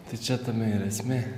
tai čia tame ir esmė